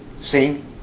Sing